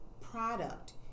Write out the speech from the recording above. product